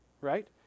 right